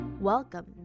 Welcome